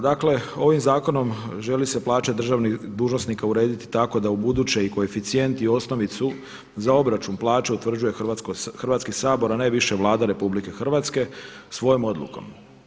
Dakle ovim zakonom želi se plaće državnih dužnosnika urediti tako da ubuduće i koeficijent i osnovicu za obračun plaća utvrđuje Hrvatski sabor a ne više Vlada RH svojom odlukom.